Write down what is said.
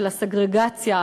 של הסגרגציה,